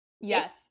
Yes